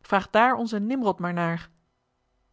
vraag daar onze nimrod maar naar